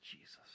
Jesus